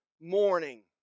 morning